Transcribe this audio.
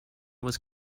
was